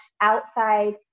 outside